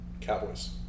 Cowboys